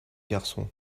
garçon